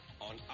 on